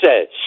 says